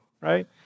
right